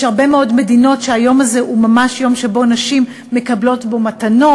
יש הרבה מאוד מדינות שבהן היום הזה הוא ממש יום שנשים מקבלות בו מתנות,